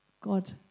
God